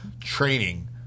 training